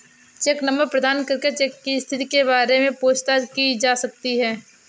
check number प्रदान करके cheque की स्थिति के बारे में पूछताछ की जा सकती है